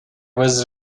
was